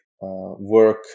work